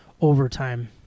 overtime